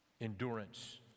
endurance